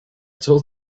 told